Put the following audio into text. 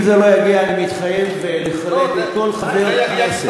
אם זה לא יגיע, אני מתחייב לחלק לכל חבר כנסת.